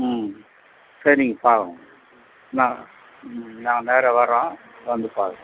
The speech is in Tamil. ம் சரிங்க பார்க்குறோம் நான் ம் நான் நேராக வரோம் வந்து பார்க்குறேன்